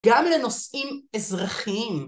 גם לנושאים אזרחיים.